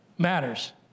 matters